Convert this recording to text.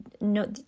no